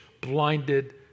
blinded